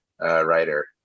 writer